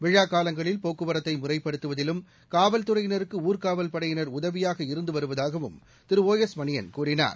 விழா காலங்களில் போக்குவரத்தை முறைப்படுத்துவதிலும் காவல்துறையினருக்கு ஊர்காவல் படையினர் உதவியாக இருந்து வருவதாகவும் திரு ஓ எஸ் மணியன் கூறினார்